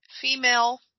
female